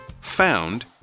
Found